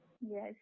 yes